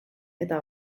eta